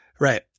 Right